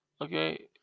Okay